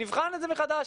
נבחן את זה מחדש'.